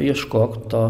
ieškok to